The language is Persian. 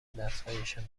دستهایشان